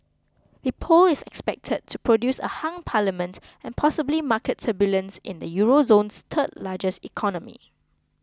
the poll is expected to produce a hung parliament and possibly market turbulence in the Euro zone's third largest economy